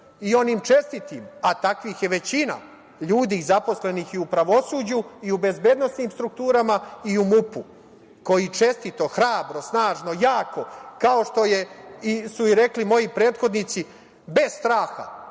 i onim čestitim, a takvih je većina ljudi zaposlenih i u pravosuđu i u bezbednosnim strukturama i u MUP-u, koji čestito, hrabro, snažno, jako, kao što su rekli i moji prethodnici, bez straha